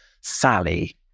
Sally